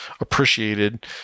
appreciated